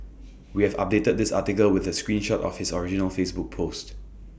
we have updated this article with A screen shot of his original Facebook post